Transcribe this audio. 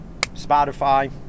Spotify